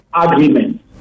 Agreement